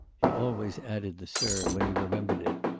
he always added the sir, when he remembered it,